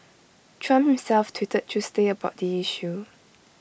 Trump himself tweeted Tuesday about the issue